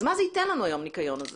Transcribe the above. אז מה זה ייתן לנו יום הניקיון הזה?